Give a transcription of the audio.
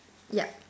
yup